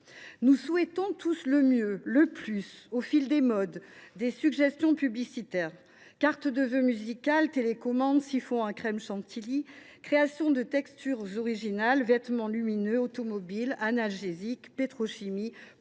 Nous souhaitons tous « le mieux »,« le plus », au fil des modes, des suggestions publicitaires. Cartes de vœux musicales, télécommandes, siphons à crème chantilly, création de textures originales, vêtements lumineux, automobiles, analgésiques, pétrochimie,